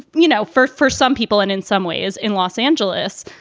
you know, first for some people and in some way is in los angeles,